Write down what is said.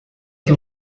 que